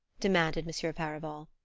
demanded monsieur farival.